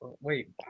Wait